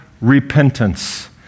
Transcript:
repentance